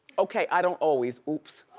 okay, i don't always, oops.